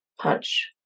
punch